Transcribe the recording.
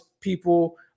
people